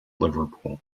liverpool